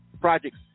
projects